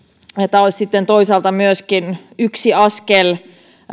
tämä olisi sitten toisaalta myöskin yksi askel